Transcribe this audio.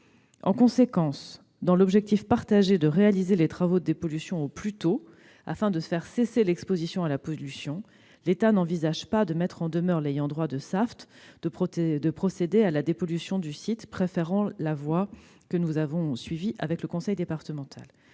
En conséquence, au nom de l'objectif partagé que les travaux de dépollution soient réalisés au plus tôt, afin de faire cesser l'exposition à la pollution, l'État n'envisage pas de mettre en demeure l'ayant droit de Saft de procéder à la dépollution du site, préférant poursuivre dans la voie qu'il a suivie avec le conseil départemental.